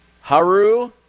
Haru